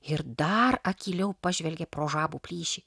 ir dar akyliau pažvelgė pro žabų plyšį